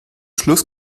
schluss